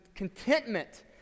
Contentment